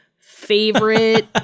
favorite